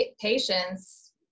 Patience